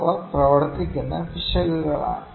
അവ പ്രവർത്തിക്കുന്ന പിശകുകളാണ്